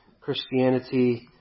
Christianity